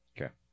Okay